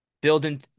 building